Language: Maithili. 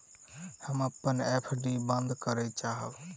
हम अपन एफ.डी बंद करय चाहब